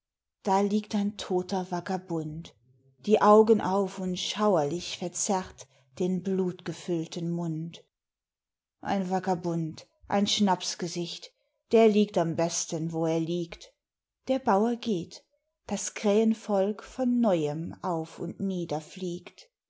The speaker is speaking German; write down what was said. da liegt ein toter vagabund die augen auf und schauerlich verzerrt den blutgefüllten mund ein vagabund ein schnapsgesicht der liegt am besten wo er liegt der bauer geht das krähenvolk von neuem auf und niederfliegt